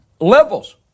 levels